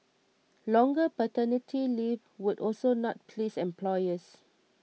longer paternity leave would also not please employers